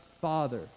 Father